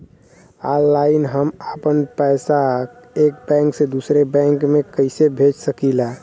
Online हम आपन पैसा एक बैंक से दूसरे बैंक में कईसे भेज सकीला?